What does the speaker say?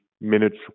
minutes